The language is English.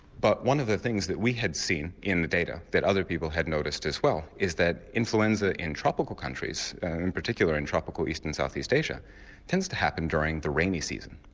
but one of the things that we had seen in the data that other people had noticed as well is that influenza in tropical countries and in particular in tropical east and south east asia tends to happen during the rainy season.